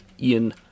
Ian